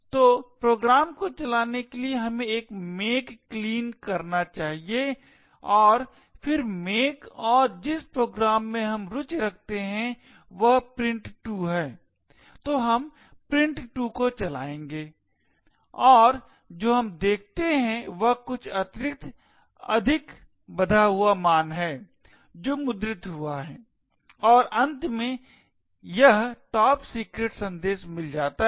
तो प्रोग्राम को चलाने के लिए हमें एक make clean करना चाहिए और फिर make और जिस प्रोग्राम में हम रुचि रखते हैं वह print2 है तो हम print2 को चलाएंगे और जो हम देखते हैं वह कुछ अतिरिक्त अधिक बधा हुआ मान है जो मुद्रित हो जाता है और अंत में हमें यह top secret संदेश मिल जाता है